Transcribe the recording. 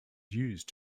used